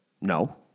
No